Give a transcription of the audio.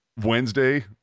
Wednesday